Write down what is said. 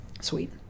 Sweet